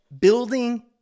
building